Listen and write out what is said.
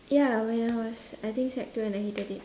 ya when I was I think sec two and I hated it